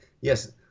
Yes